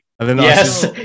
Yes